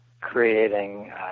creating